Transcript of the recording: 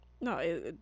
no